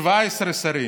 17 שרים,